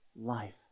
life